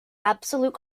absolute